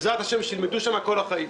בעזרת השם שילמדו שם כל החיים.